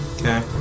okay